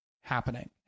happening